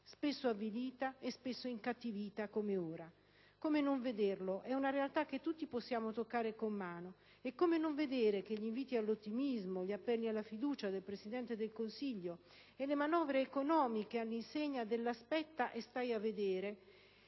spesso avvilita e spesso incattivita, come ora. Come non vederlo? È una realtà che tutti possiamo toccare con mano. E come non vedere che gli inviti all'ottimismo, gli appelli alla fiducia del Presidente del Consiglio e le manovre economiche all'insegna dell'aspetta e stai a vedere,